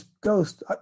Ghost